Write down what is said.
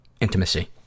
intimacy